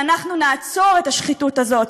ואנחנו נעצור את השחיתות הזאת.